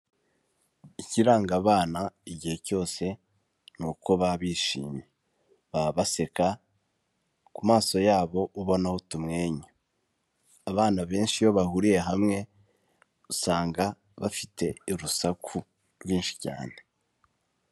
Ikiranga abana igihe cyose ni uko baba bishimye, baba baseka ku maso yabo ubonaho utumwenyu, abana benshi iyo bahuriye hamwe usanga bafite urusaku rwinshi cyane.